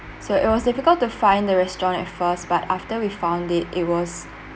so it was difficult to find the restaurant at first but after we found it it was